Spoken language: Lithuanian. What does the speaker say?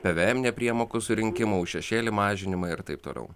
pvm nepriemokų surinkimą už šešėlį mažinimą ir taip toliau